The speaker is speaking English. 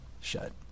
shut